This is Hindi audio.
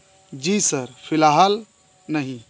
जी सर फिलहाल नहीं